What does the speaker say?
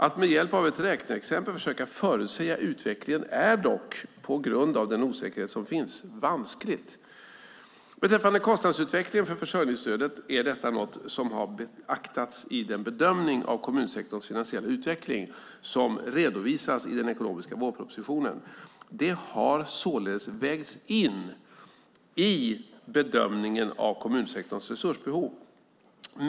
Att med hjälp av ett räkneexempel försöka förutsäga utvecklingen är dock, på grund av den osäkerhet som finns, vanskligt. Beträffande kostnadsutvecklingen för försörjningsstödet är detta något som har beaktats i den bedömning av kommunsektorns finansiella utveckling som redovisas i den ekonomiska vårpropositionen. Det har således vägts in i bedömningen av kommunsektorns resursbehov.